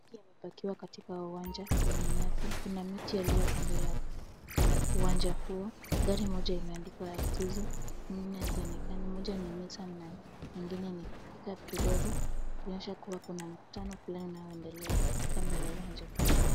Imepakiwa katika uwanja wenye nyasi kuna miti yaliyo kando yao. Uwanja huo, gari moja imeandikwa Isuzu. Yingine hazionekani. Moja ni Nissan na nyingine ni pickup tudogo kuonyesha kuwa kuna mkutano fulani unaoendelea kando ya uwanja huo.